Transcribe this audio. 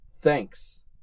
Thanks